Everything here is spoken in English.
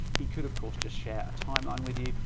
he could, of course, just share a timeline with you.